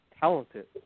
talented